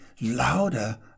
louder